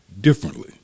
differently